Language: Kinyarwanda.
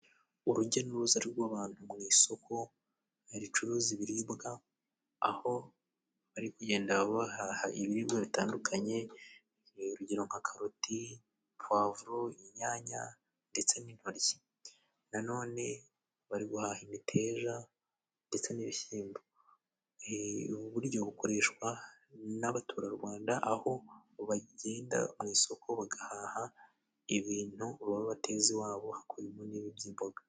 Urujya n'uruza rw'abantu mu isoko ricuruza ibiribwa, aho bari kugenda bahaha ibiribwa bitandukanye, urugero nka karoti, puwavuro, inyanya ndetse n'intoryi. Nanone bari guhaha imiteja ndetse n'ibishyimbo. Ubu buryo bukoreshwa n'abaturarwanda, aho bagenda mu isoko bagahaha ibintu baba bateza iwabo hakubiyemo n'ibi by'imboga.